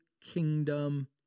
kingdom